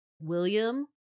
William